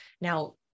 Now